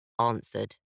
answered